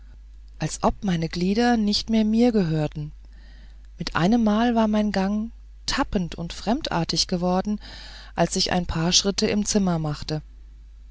als ob meine glieder nicht mehr mir gehörten mit einem male war mein gang tappend und fremdartig geworden als ich ein paar schritte im zimmer machte